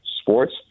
sports